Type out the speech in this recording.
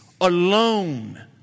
alone